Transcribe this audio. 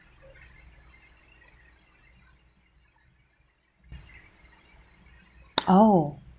oh